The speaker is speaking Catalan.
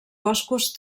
boscos